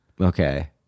Okay